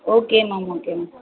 okay ma'am okay ma'am